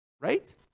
Right